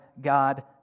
God